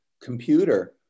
computer